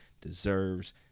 deserves